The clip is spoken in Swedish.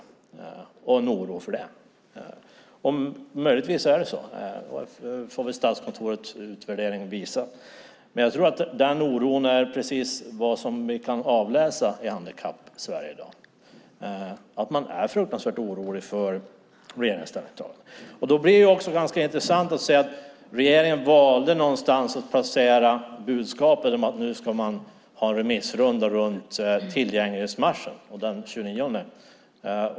Det fanns en oro för det. Möjligtvis är det så. Statskontorets utvärdering får visa det. Men jag tror att vi kan avläsa denna oro i Handikappsverige i dag. Man är fruktansvärt orolig. Då är det ganska intressant att se att regeringen valde att placera budskapet om att man ska ha en remissrunda den 29 maj, den dag då tillgänglighetsmarschen genomfördes.